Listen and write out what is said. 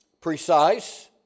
precise